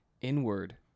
inward